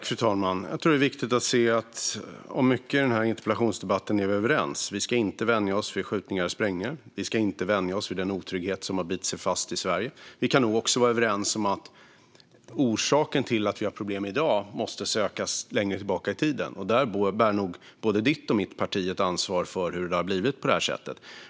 Fru talman! Jag tror att det är viktigt att se att vi är överens om mycket i den här interpellationsdebatten. Vi ska inte vänja oss vid skjutningar och sprängningar eller vid den otrygghet som har bitit sig fast i Sverige. Vi kan nog också vara överens om att orsaken till att vi har problem i dag måste sökas längre tillbaka i tiden. Både ditt och mitt parti bär nog ett ansvar för att det har blivit på det här sättet.